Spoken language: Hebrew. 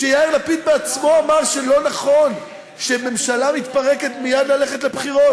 שיאיר לפיד בעצמו אמר שלא נכון כשממשלה מתפרקת ללכת מייד לבחירות,